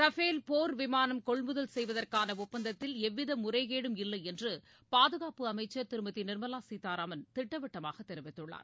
Rafale போர் விமானம் கொள்முதல் செய்வதற்கான ஒப்பந்தத்தில் எவ்வித முறைகேடும் இல்லை என்று பாதுகாப்பு அமைச்சர் திருமதி நிர்மலா சீதாராமன் திட்டவட்டமாக தெரிவித்துள்ளார்